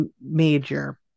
major